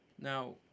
Now